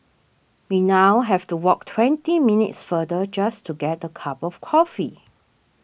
we now have to walk twenty minutes farther just to get a cup of coffee